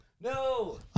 No